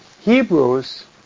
Hebrews